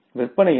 விற்பனை என்ன